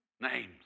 Names